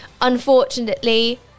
unfortunately